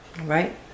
Right